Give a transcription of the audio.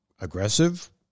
aggressive